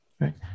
Right